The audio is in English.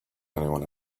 anyone